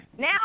Now